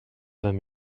vingt